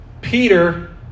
Peter